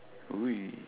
who we